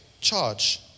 charge